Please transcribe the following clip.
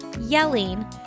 yelling